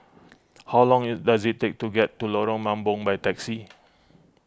how long it does it take to get to Lorong Mambong by taxi